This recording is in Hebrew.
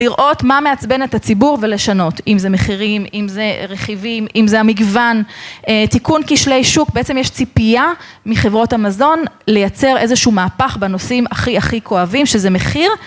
לראות מה מעצבן את הציבור ולשנות, אם זה מחירים, אם זה רכיבים, אם זה המגוון, תיקון כשלי שוק, בעצם יש ציפייה מחברות המזון לייצר איזשהו מהפך בנושאים הכי הכי כואבים, שזה מחיר.